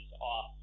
off